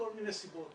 מכל מיני סיבות,